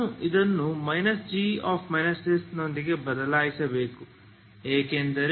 ನಾನು ಇದನ್ನು -g s ನೊಂದಿಗೆ ಬದಲಾಯಿಸಬೇಕು ಏಕೆಂದರೆ x ct0